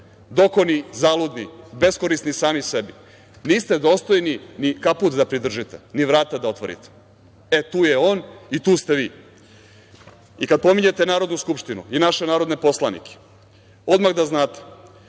dokoni, zaludni, beskorisni sami sebi, niste dostojni ni kaput da pridržite, ni vrata da otvorite, e, tu je on i tu ste vi. Kada pominjete Narodnu skupštinu i naše narodne poslanike, odmah da znate,